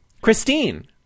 Christine